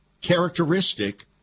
characteristic